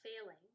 failing